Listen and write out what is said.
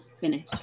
finish